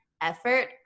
effort